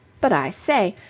but, i say!